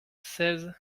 seize